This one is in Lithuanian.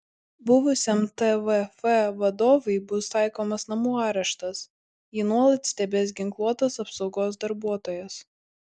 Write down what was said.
buvusiam tvf vadovui bus taikomas namų areštas jį nuolat stebės ginkluotas apsaugos darbuotojas